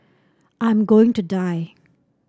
I am going to die